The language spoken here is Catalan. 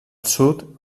sud